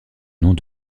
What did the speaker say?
nom